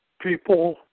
people